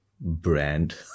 brand